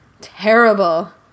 terrible